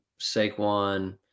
Saquon